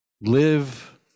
live